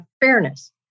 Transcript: fairness